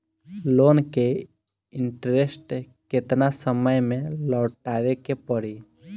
Loan के interest केतना समय में लौटावे के पड़ी?